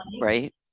right